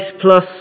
plus